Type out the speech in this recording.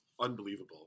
unbelievable